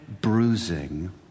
bruising